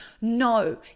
No